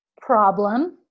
problem